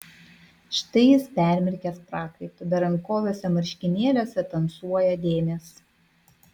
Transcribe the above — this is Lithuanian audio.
štai jis permirkęs prakaitu berankoviuose marškinėliuose tamsuoja dėmės